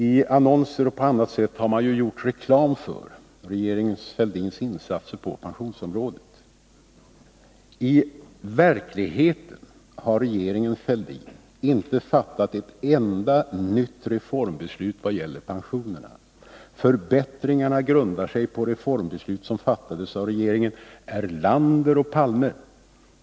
I annonser och på annat sätt har man gjort reklam för regeringen Fälldins insatser på pensionsområdet. I verkligheten har regeringen Fälldin inte fattat ett enda nytt reformbeslut vad det gäller pensionerna. Förbättringarna grundar sig på reformbeslut som fattades av regeringarna Erlander och Palme.